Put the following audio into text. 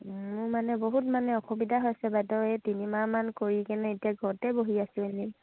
মোৰ মানে বহুত মানে অসুবিধা হৈছে বাইদেউ এই তিনিমাহমান কৰি কেনে এতিয়া ঘৰতে বহি আছো ইনেই